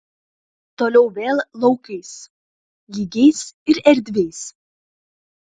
toliau vėl laukais lygiais ir erdviais